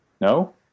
No